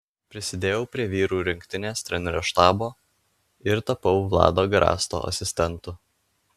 prisidėjau prie vyrų rinktinės trenerių štabo ir tapau vlado garasto asistentu